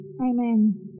amen